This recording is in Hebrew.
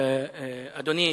אדוני,